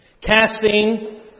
Casting